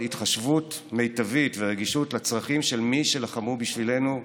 התחשבות מיטבית ורגישות לצרכים של מי שלחמו בשבילנו בצה"ל,